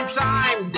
time